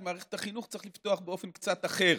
את מערכת החינוך צריך לפתוח באופן קצת אחר,